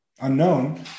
unknown